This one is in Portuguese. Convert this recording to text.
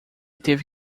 teve